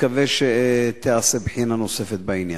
תיעשה בחינה נוספת בעניין.